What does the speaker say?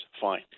Fine